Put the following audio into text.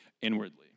inwardly